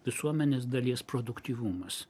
visuomenės dalies produktyvumas